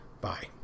Bye